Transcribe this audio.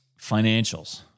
financials